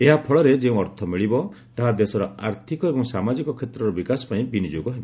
ଏହାଫଳରେ ଯେଉଁ ଅର୍ଥ ମିଳିବ ତାହା ଦେଶର ଆର୍ଥିକ ଏବଂ ସାମାଜିକ କ୍ଷେତ୍ରର ବିକାଶ ପାଇଁ ବିନିଯୋଗ ହେବ